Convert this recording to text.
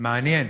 מעניין